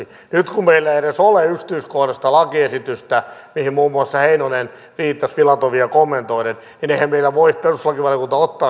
nyt kun meillä ei edes ole yksityiskohtaista lakiesitystä mihin muun muassa heinonen viittasi filatovia kommentoiden eihän meillä voi perustuslakivaliokunta ottaa siihen edes kantaa